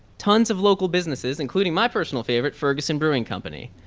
tons of local businesses including my personal favorite ferguson brewing company,